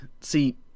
See